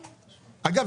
אגב,